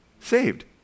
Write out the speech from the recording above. Saved